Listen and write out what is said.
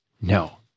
No